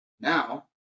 Now